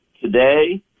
today